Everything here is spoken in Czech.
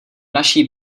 naší